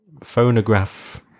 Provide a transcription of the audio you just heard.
phonograph